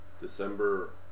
December